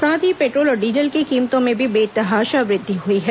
साथ ही पेट्रोल और डीजल के कीमतों में भी बेतहाशा वृद्धि हई है